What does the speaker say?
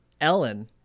Ellen